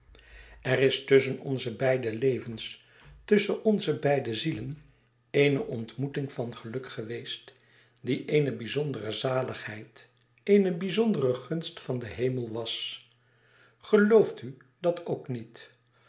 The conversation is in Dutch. er is tusschen onze beide levens tusschen onze beide zielen eene ontmoeting van geluk geweest die eene bizondere zaligheid eene bizondere gunst van den hemel was gelooft u dat ook niet